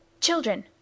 Children